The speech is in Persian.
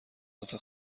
مثل